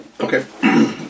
Okay